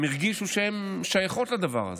הן הרגישו שהן שייכות לדבר הזה.